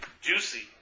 juicy